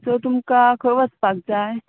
so तुमकां खंय वचपाक जाय